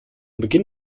beginn